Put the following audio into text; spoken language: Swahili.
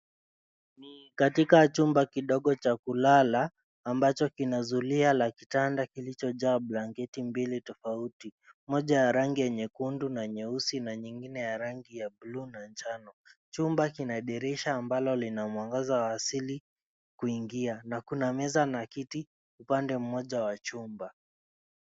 Ni katika chumba kidogo cha kulala ambacho kina zulia la kitanda kilichojaa blanketi mbili tofauti. Moja ya rangi ya nyekundu na nyeusi na nyingine ya rangi ya bluu na njano. Chumba kina dirisha ambalo lina mwangaza wa asili kuingia. Na kuna meza na kiti upande mmoja wa chumba.